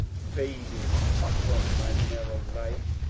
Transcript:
faded from my narrow life,